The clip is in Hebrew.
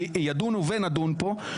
ידונו ונדון פה,